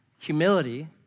Humility